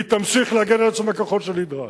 היא תמשיך להגן על עצמה ככל שנדרש.